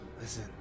Listen